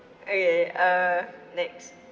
okay uh next